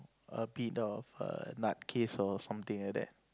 a bit of a nut case or something like that